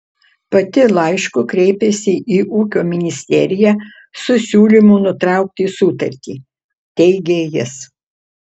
pati laišku kreipėsi į ūkio ministeriją su siūlymu nutraukti sutartį teigė jis